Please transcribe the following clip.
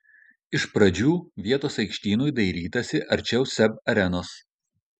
iš pradžių vietos aikštynui dairytasi arčiau seb arenos